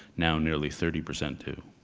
now nearly thirty percent do.